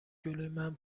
جلومن